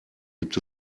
gibt